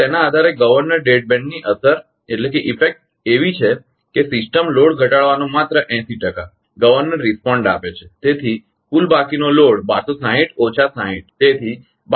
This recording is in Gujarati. તો તેના આધારે ગવર્નર ડેડ બેન્ડની અસર એવી છે કે સિસ્ટમ લોડ ઘટાડવાનો માત્ર 80 ટકા ગવર્નર રિસ્પોન્ડ આપે છે તેથી કુલ બાકીનો લોડ 1260 ઓછા માઈનસ 60 છે